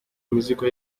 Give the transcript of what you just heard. imizigo